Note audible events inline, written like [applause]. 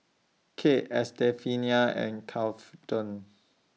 Kade Estefania and [unintelligible]